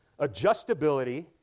adjustability